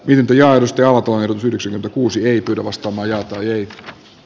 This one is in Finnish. olympiaedustajaa puhelut yhdeksi kuusi riitä vastamajalta ylin